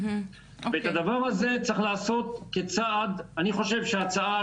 ואת הדבר הזה צריך לעשות כצעד, אני חושב שההצעה